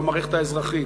למערכת האזרחית,